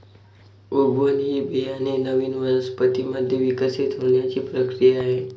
उगवण ही बियाणे नवीन वनस्पतीं मध्ये विकसित होण्याची प्रक्रिया आहे